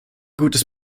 gutes